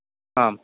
ആ